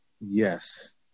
Yes